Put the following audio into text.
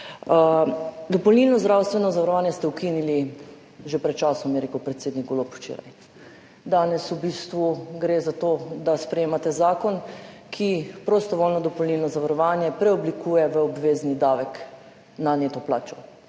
Dopolnilno zdravstveno zavarovanje ste ukinili že pred časom, je rekel predsednik Golob včeraj, danes v bistvu gre za to, da sprejemate zakon, ki prostovoljno dopolnilno zavarovanje preoblikuje v obvezni davek na neto plačo.